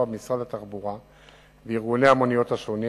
במשרד התחבורה עם ארגוני המוניות השונים